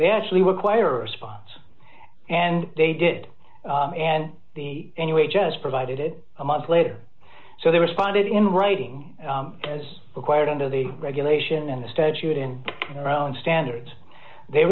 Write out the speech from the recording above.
they actually require response and they did and the anyway just provided it a month later so they responded in writing as required under the regulation d and the statute in their own standards they